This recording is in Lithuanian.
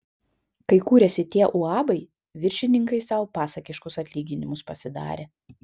kai kūrėsi tie uabai viršininkai sau pasakiškus atlyginimus pasidarė